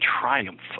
triumph